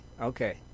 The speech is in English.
okay